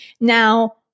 Now